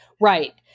Right